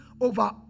over